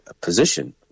position